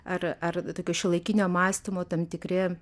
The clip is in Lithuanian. ar ar tokio šiuolaikinio mąstymo tam tikri